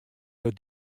dat